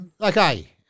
Okay